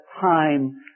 time